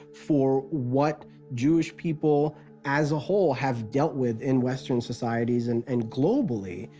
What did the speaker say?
for what jewish people as a whole have dealt with in western societies, and and globally,